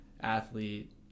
athlete